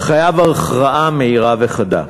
חייב הכרעה מהירה וחדה.